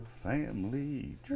family